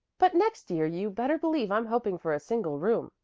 but next year you better believe i'm hoping for a single room,